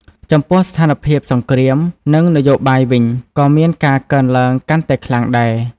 ចំពោះស្ថានភាពសង្គ្រាម និងនយោបាយវិញក៏មានការកើនឡើងកាន់តែខ្លាំងដែរ ។